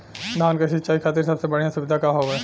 धान क सिंचाई खातिर सबसे बढ़ियां सुविधा का हवे?